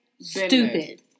stupid